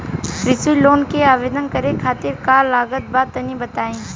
कृषि लोन के आवेदन करे खातिर का का लागत बा तनि बताई?